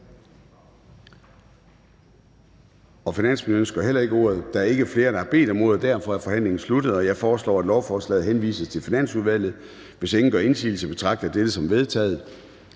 og finansministeren ønsker heller ikke ordet. Der er ikke flere, der har bedt om ordet. Derfor er forhandlingen sluttet. Jeg foreslår, at lovforslaget henvises til Finansudvalget. Hvis ingen gør indsigelse, betragter jeg dette som vedtaget.